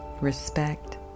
respect